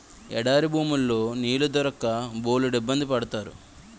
ఎడారి భూముల్లో నీళ్లు దొరక్క బోలెడిబ్బంది పడతారు